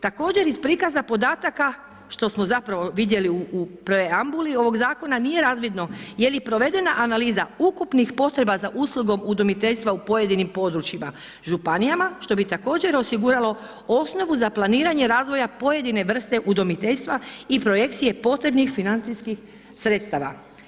Također iz prikaza podataka što smo zapravo vidjeli u preambuli ovoga zakona nije razvidno je li provedena analiza ukupnih potreba za uslugom udomiteljstva u pojedinim područjima županijama što bi također osiguralo osnovu za planiranje razvoja pojedine vrste udomiteljstva i projekcije potrebnih financijskih sredstava.